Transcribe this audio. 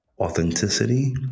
Authenticity